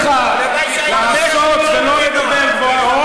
אני באמת הייתי שמח לשמוע מתי בפעם האחרונה פגשת,